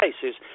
cases